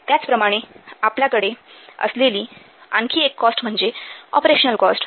त्याचप्रमाणे आपल्याकडे असलेली आणखी एक कॉस्ट म्हणजे ऑपरेशनल कॉस्ट